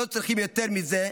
לא צריכים יותר מזה,